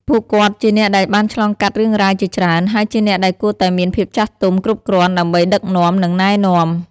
ពួកគាត់ជាអ្នកដែលបានឆ្លងកាត់រឿងរ៉ាវជាច្រើន ហើយជាអ្នកដែលគួរតែមានភាពចាស់ទុំគ្រប់គ្រាន់ដើម្បីដឹកនាំ និងណែនាំ។